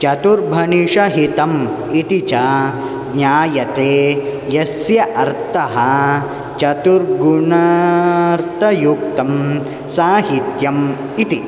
चतुर्भणिषहितम् इति च ज्ञायते यस्य अर्थः चतुर्गुणार्थयुक्तं साहित्यम् इति